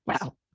Wow